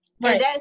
Right